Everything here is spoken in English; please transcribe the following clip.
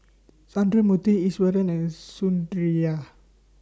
Sundramoorthy Iswaran and Sundaraiah